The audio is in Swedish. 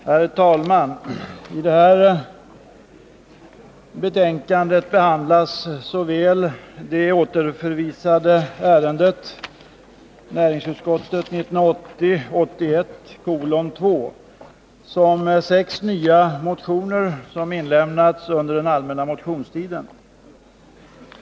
Herr talman! I detta betänkande behandlas såväl det återförvisade ärendet NU 1980/81:2 som sex nya motioner som inlämnats under den allmänna motionstiden.